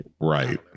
Right